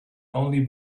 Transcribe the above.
only